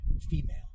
female